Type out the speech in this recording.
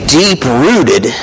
deep-rooted